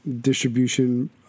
distribution